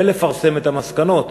ולפרסם את המסקנות.